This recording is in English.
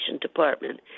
department